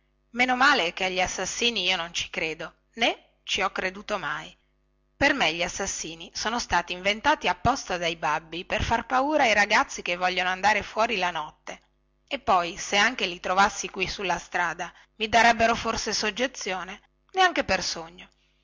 meno male che agli assassini io non ci credo né ci ho creduto mai per me gli assassini sono stati inventati apposta dai babbi per far paura ai ragazzi che vogliono andare fuori la notte e poi se anche li trovassi qui sulla strada mi darebbero forse soggezione neanche per sogno